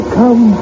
come